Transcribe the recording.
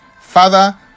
Father